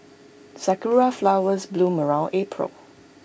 Sakura Flowers bloom around April